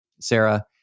Sarah